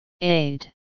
Aid